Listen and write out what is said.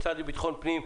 המשרד לביטחון פנים.